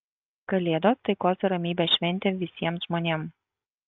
kalėdos taikos ir ramybės šventė visiem žmonėm